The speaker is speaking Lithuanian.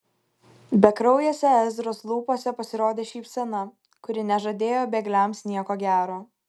bekraujėse ezros lūpose pasirodė šypsena kuri nežadėjo bėgliams nieko gero